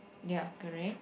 ya correct